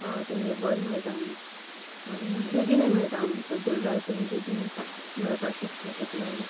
तेंगें बरें मेळटा म्हण आनी बेगीनूय मेळटा म्हणटकूर जाय तेन्ना बेगीन मेळपाक शकता तेका लागून